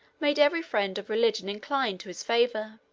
made every friend of religion incline to his favor.